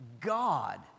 God